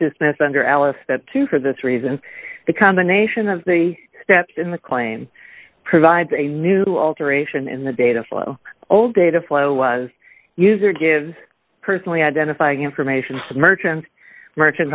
business under alice that too for this reason the combination of the steps in the claim provides a new alteration in the data flow old data flow was user gives personally identifying information merchants merch